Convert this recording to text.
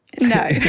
No